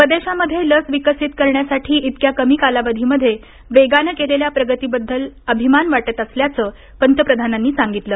स्वदेशामध्ये लस विकसित करण्यासाठी इतक्या कमी कालावधीमध्ये वेगानं केलेल्या प्रगतीबद्दल अभिमान वाटत असल्याचं पंतप्रधानांनी सांगितलं